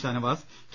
Shanavas K